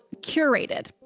curated